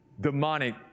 demonic